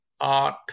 art